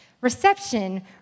reception